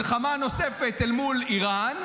ומלחמה נוספת אל מול אירן,